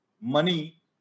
money